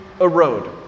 erode